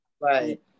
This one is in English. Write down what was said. right